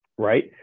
right